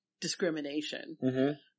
discrimination